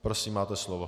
Prosím, máte slovo.